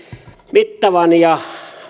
mittavan ja